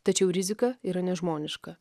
tačiau rizika yra nežmoniška